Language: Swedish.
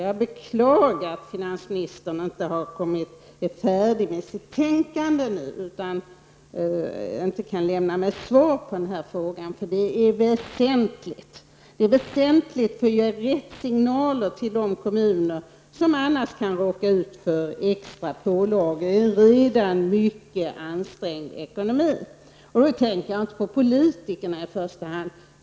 Jag beklagar att finansministern inte är färdig med sitt tänkande och inte kan lämna mig svar på den här frågan. Den är väsentlig. Det är väsentligt att ge rätt signaler till de kommuner som annars kan råka ut för extra pålagor i en redan mycket ansträngd ekonomi. Jag tänker inte på politikerna i första hand.